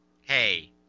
Hey